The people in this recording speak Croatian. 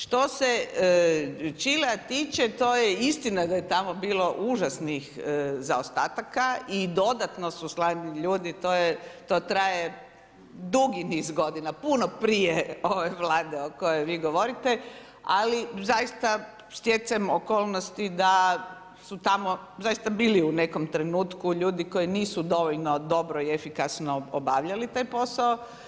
Što se Čilea tiče, to je istina da je tamo bilo užasnih zaostataka i dodatno su slani ljudi, to traje dugi niz godina, puno prije ove Vlade o kojoj vi govorite ali zaista stjecajem okolnosti da su tamo zaista bili u nekom trenutku ljudi koji nisu dovoljno dobro i efikasno obavljali taj posao.